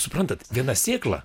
suprantat viena sėkla